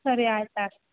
ಸರಿ ಆಯ್ತು ಆತು